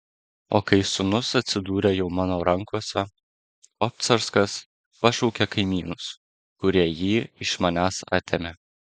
o kai sūnus atsidūrė jau mano rankose obcarskas pašaukė kaimynus kurie jį iš manęs atėmė